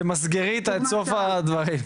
ותמסגרי את סוף הדברים.